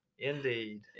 Indeed